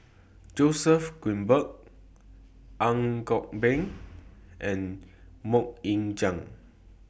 Joseph Grimberg Ang Kok Peng and Mok Ying Jang